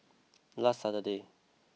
last Saturday